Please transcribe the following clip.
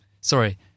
sorry